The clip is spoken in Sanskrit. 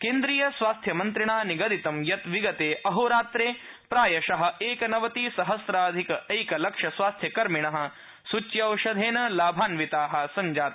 केन्द्रिय स्वास्थ्य मन्त्रिणा निगदितं यत् विगते अहोरात्रे प्रायश एकनवतिसहस्राधिकैकलक्ष स्वास्थ्यकर्मिण लाभान्विता सञ्जाता